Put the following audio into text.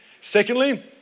Secondly